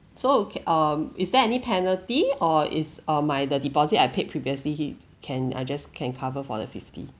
so okay um is there any penalty or is uh my the deposit I paid previously can I just can cover for the fifty